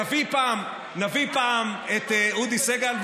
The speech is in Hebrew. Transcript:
נביא פעם את אודי סגל,